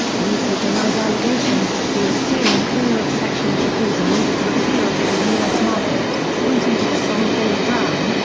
mika denied allegations that he is steering clear of sexual taboos in order to appeal to the us market, pointing to the song billy brown,